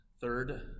third